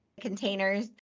containers